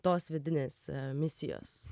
tos vidinės misijos